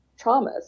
traumas